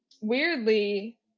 weirdly